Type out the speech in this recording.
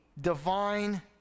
divine